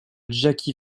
jackie